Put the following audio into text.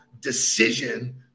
decision